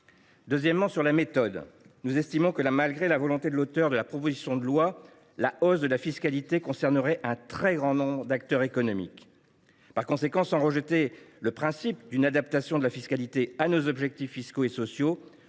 de vue de la méthode, nous estimons que, malgré la volonté de l’auteur de la proposition de loi, la hausse de la fiscalité concernerait un très grand nombre d’acteurs économiques. Par conséquent, sans rejeter le principe d’une adaptation de la fiscalité à nos objectifs fiscaux et sociaux,